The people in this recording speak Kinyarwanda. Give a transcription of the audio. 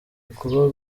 ukuba